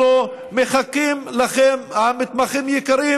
אנחנו מחכים לכם, מתמחים יקרים,